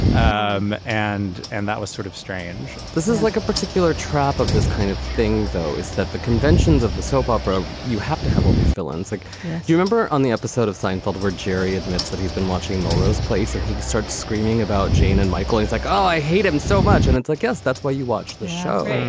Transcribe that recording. um and and that was sort of strange this is like a particular trope of this kind of thing, though, is that the conventions of the soap opera, you have to have all these villains like you remember on the episode of seinfeld, where jerry admits that he's been watching melrose place and he starts screaming about jane. and michael is like, oh, i hate him so much. and it's like, yes, that's why you watch the show.